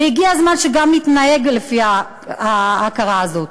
והגיע הזמן שגם נתנהג לפי ההכרה הזאת.